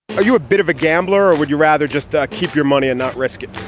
are you a bit of a gambler or would you rather just ah keep your money and not risk it?